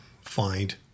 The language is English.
find